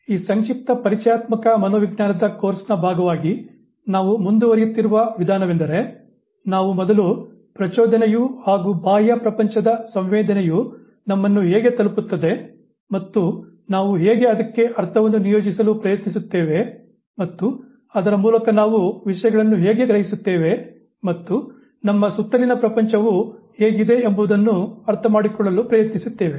ಈ ಸಂಕ್ಷಿಪ್ತ ಪರಿಚಯಾತ್ಮಕ ಮನೋವಿಜ್ಞಾನ ಕೋರ್ಸ್ನ ಭಾಗವಾಗಿ ನಾವು ಮುಂದುವರಿಸುತ್ತಿರುವ ವಿಧಾನವೆಂದರೆ ನಾವು ಮೊದಲು ಪ್ರಚೋದನೆಯು ಹಾಗೂ ಬಾಹ್ಯ ಪ್ರಪಂಚದ ಸಂವೇದನೆಯು ನಮ್ಮನ್ನು ಹೇಗೆ ತಲುಪುತ್ತದೆ ಮತ್ತು ನಾವು ಹೇಗೆ ಅದಕ್ಕೆ ಅರ್ಥವನ್ನು ನಿಯೋಜಿಸಲು ಪ್ರಯತ್ನಿಸುತ್ತೇವೆ ಮತ್ತು ಅದರ ಮೂಲಕ ನಾವು ವಿಷಯಗಳನ್ನು ಹೇಗೆ ಗ್ರಹಿಸುತ್ತೇವೆ ಮತ್ತು ನಮ್ಮ ಸುತ್ತಲಿನ ಪ್ರಪಂಚವು ಹೇಗಿದೆ ಎಂಬುದನ್ನು ಅರ್ಥಮಾಡಿಕೊಳ್ಳಲು ಪ್ರಯತ್ನಿಸಿದ್ದೇವೆ